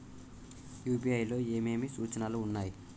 UPI లో ఏమేమి సూచనలు ఉన్నాయి?